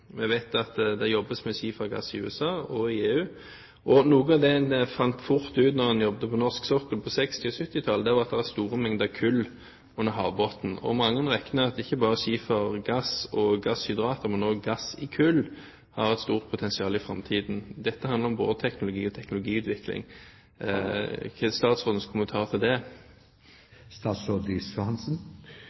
Vi vet at det jobbes med skifergass i USA og EU, og noe av det man fant fort ut når man jobbet på norsk sokkel på 1960- og 1970-tallet, var at det var store mengder kull under havbunnen. Mange regner med at ikke bare skifergass og gasshydrater, men også gass i kull har et stort potensial i framtiden. Dette handler om både teknologi og teknologiutvikling. Hva er statsrådens kommentar til det?